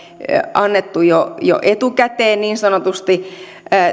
annettu jo jo etukäteen niin sanotusti